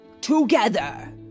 together